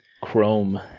Chrome